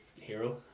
hero